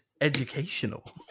educational